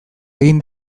egin